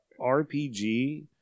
RPG